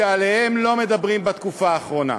שעליהם לא מדברים בתקופה האחרונה.